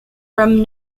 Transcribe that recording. from